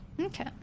Okay